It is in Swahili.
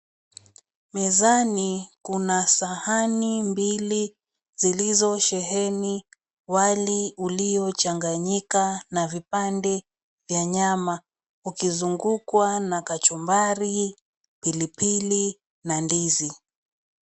Mezani kuna sahani mbili zilizosheheni wali uliochanganyika na vipande vya nyama ukizungukwa na kachumbari, pilipili na ndizi.